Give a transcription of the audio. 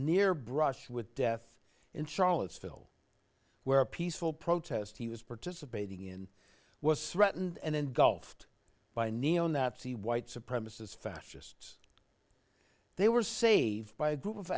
near brush with death in charlottesville where a peaceful protest he was participating in was threatened and engulfed by neo nazi white supremacist fascists they were saved by a group of